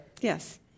yes